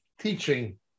teaching